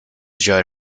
join